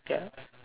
ya